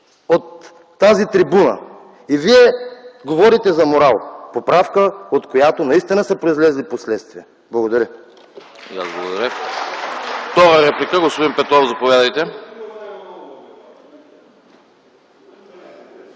от тази трибуна. И Вие говорите за морал?! Поправка, от която наистина са произлезли последствия. Благодаря.